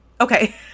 Okay